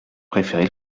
préféré